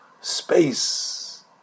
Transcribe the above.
space